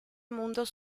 mundos